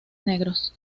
negros